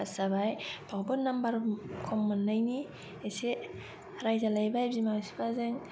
फास जाबाय बावबो नाम्बार खम मोननायनि एसे रायजालायबाय बिमा बिफाजों